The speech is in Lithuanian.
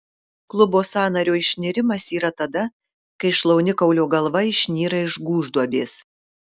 klubo sąnario išnirimas yra tada kai šlaunikaulio galva išnyra iš gūžduobės